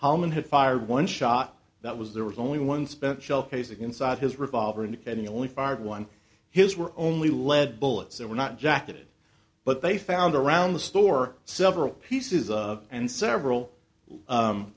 holman had fired one shot that was there was only one spent shell casing inside his revolver and and the only fired one his were only lead bullets that were not jacketed but they found around the store several pieces of and several